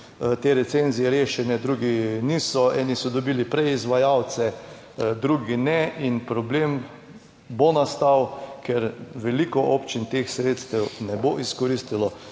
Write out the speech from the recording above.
te recenzije rešene, drugi niso, eni so dobili prej izvajalce drugi ne in problem bo nastal, ker veliko občin teh sredstev ne bo izkoristilo,